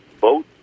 boat